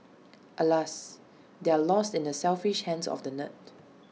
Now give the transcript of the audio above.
alas they're lost in the selfish hands of the nerd